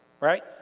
right